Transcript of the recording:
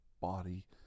body